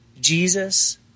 Jesus